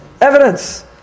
evidence